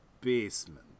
basement